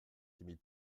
timide